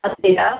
दिअ